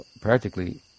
practically